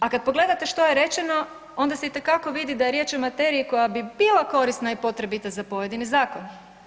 A kad pogledate što je rečeno onda se itekako vidi da je riječ o materiji koja bi bila korisna i potreba za pojedine zakone.